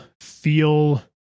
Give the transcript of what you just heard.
feel